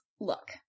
Look